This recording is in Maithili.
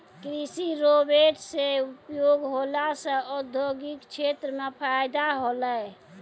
कृषि रोवेट से उपयोग होला से औद्योगिक क्षेत्र मे फैदा होलै